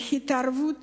התערבות